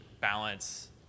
balance